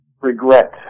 regret